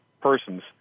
persons